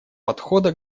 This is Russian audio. подхода